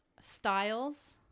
styles